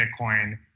Bitcoin